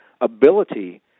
ability